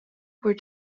were